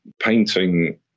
painting